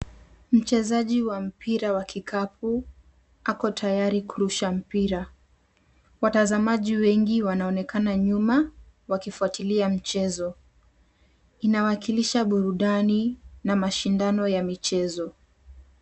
Mchezaji wa mpira wa kikapu ako tayari kurusha mpira. Watazamaji wengi wanaonekana nyuma wakifuatilia mchezo. Inawakilisha burudani na mashindano ya michezo.